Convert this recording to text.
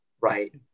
right